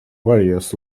various